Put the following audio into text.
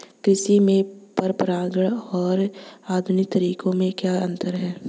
कृषि के परंपरागत और आधुनिक तरीकों में क्या अंतर है?